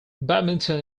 badminton